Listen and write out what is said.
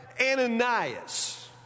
Ananias